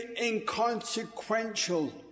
inconsequential